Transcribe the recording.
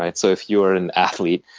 and so if you're an athlete,